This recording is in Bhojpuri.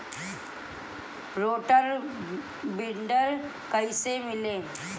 रोटर विडर कईसे मिले?